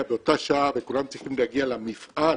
באותה שעה וכולם צריכים להגיע למפעל,